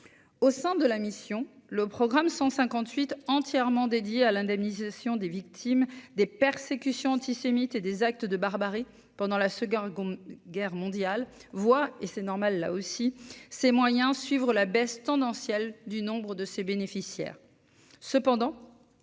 au sens de la mission, le programme 158 entièrement dédié à l'indemnisation des victimes des persécutions antisémites et des actes de barbarie pendant la se Seconde Guerre mondiale, voix et c'est normal, là aussi, ses moyens, suivre la baisse tendancielle du nombre de ses bénéficiaires,